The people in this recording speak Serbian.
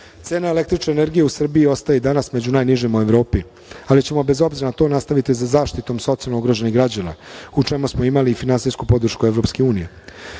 električne energije u Srbiji ostaje i danas među najnižima u Evropi, ali ćemo bez obzira na to nastaviti sa zaštitom socijalno ugroženih građana, u čemu smo imali finansijsku podršku Evropske unije. Proces